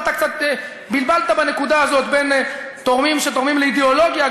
אתה קצת בלבלת בנקודה הזאת בין תורמים שתורמים לאידיאולוגיה,